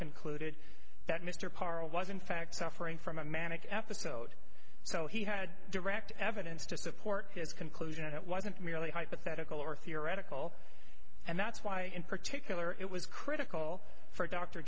concluded that mr parra was in fact suffering from a manic episode so he had direct evidence to support his conclusion it wasn't merely hypothetical or theoretical and that's why in particular it was critical for